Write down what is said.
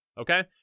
okay